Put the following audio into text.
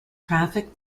traffic